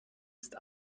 ist